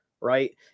right